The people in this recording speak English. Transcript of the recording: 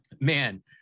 man